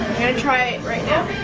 and try it right now